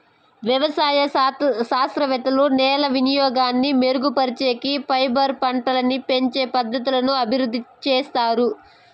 వ్యవసాయ శాస్త్రవేత్తలు నేల వినియోగాన్ని మెరుగుపరిచేకి, ఫైబర్ పంటలని పెంచే పద్ధతులను అభివృద్ధి చేత్తారు